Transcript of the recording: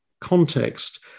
context